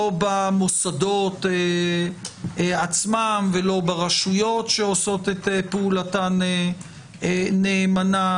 לא במוסדות עצמם ולא ברשויות שעושות את פעולתן נאמנה.